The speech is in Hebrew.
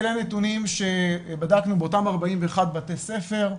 אלה הנתונים שבדקנו באותם 41 בתי ספר.